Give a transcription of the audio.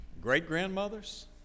Great-grandmothers